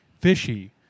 Fishy